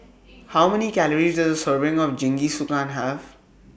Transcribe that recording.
How Many Calories Does Serving of Jingisukan Have